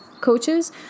coaches